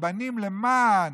רבנים למען,